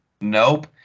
Nope